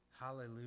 Hallelujah